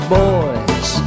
boys